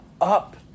up